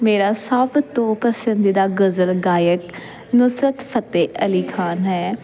ਮੇਰਾ ਸਭ ਤੋਂ ਪਸੰਦੀਦਾ ਗਜ਼ਲ ਗਾਇਕ ਨੁਸਰਤ ਫਤਿਹ ਅਲੀ ਖਾਨ ਹੈ